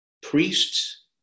Priests